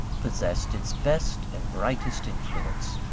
possessed its best and brightest influence.